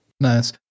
Nice